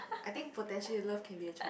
I think potentially love can be a choice